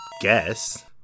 guess